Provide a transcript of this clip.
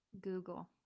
Google